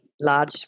large